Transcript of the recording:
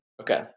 okay